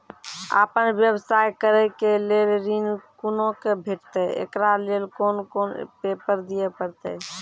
आपन व्यवसाय करै के लेल ऋण कुना के भेंटते एकरा लेल कौन कौन पेपर दिए परतै?